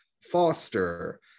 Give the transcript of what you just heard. Foster